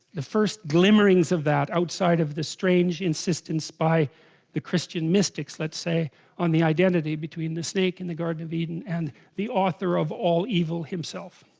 the first glimmerings of that outside of the strange insistence by the christian mystics let's say on the identity between the snake in the garden of eden and the author of all evil himself